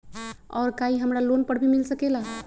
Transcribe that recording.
और का इ हमरा लोन पर भी मिल सकेला?